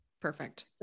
Perfect